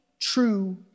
true